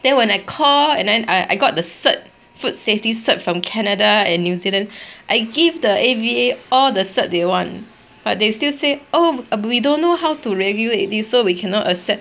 then when I call and then I got the certificate food safety certificate from canada and new zealand I give the A_V_A all the certificate they want but they still say oh we don't know how to regulate this so we cannot accept